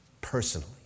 personally